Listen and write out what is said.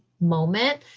moment